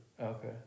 Okay